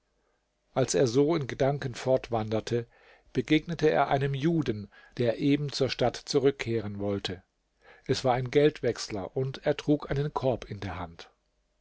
als er so in gedanken fortwanderte begegnete er einem juden der eben zur stadt zurückkehren wollte es war ein geldwechsler und er trug einen korb in der hand